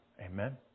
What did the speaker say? Amen